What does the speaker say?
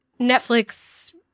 Netflix